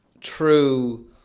true